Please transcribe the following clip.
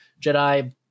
Jedi